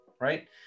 right